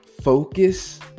focus